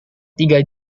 tiga